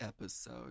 episode